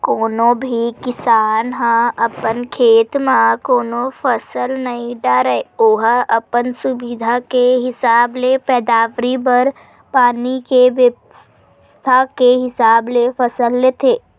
कोनो भी किसान ह अपन खेत म कोनो फसल नइ डारय ओहा अपन सुबिधा के हिसाब ले पैदावारी बर पानी के बेवस्था के हिसाब ले फसल लेथे